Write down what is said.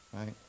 right